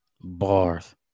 bars